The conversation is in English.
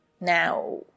Now